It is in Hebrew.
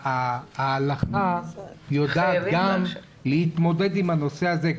ההלכה יודעת גם להתמודד עם הנושא הזה.